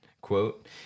quote